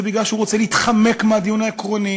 זה בגלל שהוא רוצה להתחמק מהדיון העקרוני.